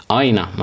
aina